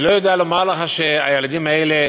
אני לא יודע לומר לך שהילדים האלה